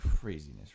Craziness